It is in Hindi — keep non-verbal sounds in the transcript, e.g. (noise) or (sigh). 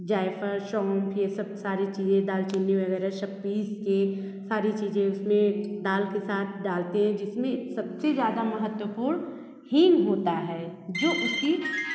जैफ़ल सौंफ़ ये सब सारी चीज़े दालचीनी वग़ैरह सब पीस के सारी चीज़े उसमें दाल के साथ डालते हैं जिसमें सब से ज़्यादा महत्वपूर्ण हींग होती है (unintelligible)